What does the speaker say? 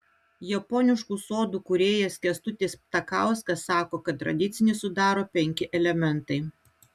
japoniškų sodų kūrėjas kęstutis ptakauskas sako kad tradicinį sudaro penki elementai